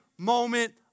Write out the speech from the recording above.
moment